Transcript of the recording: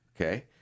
Okay